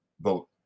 vote